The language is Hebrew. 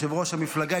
יושב-ראש המפלגה,